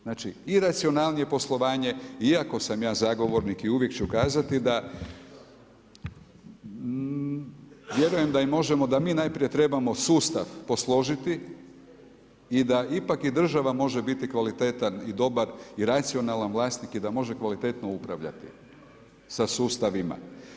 Znači i racionalnije poslovanje iako sam ja zagovornik i uvijek ću kazati, da vjerujem da možemo, da mi najprije trebamo sustav posložiti i da ipak i država može biti kvalitetan i dobar i racionalan vlasnik i da može kvalitetno upravljati, sa sustavima.